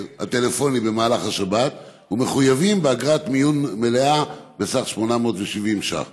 הטלפוני במהלך השבת וחויבו באגרת מיון מלאה בסך 870 ש"ח.